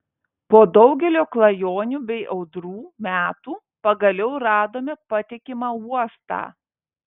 po daugelio klajonių bei audrų metų pagaliau radome patikimą uostą